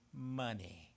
money